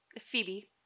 Phoebe